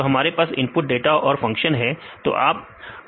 तो हमारे पास इनपुट डाटा और फंक्शंस है